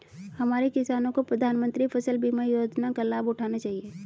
हमारे किसानों को प्रधानमंत्री फसल बीमा योजना का लाभ उठाना चाहिए